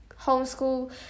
homeschool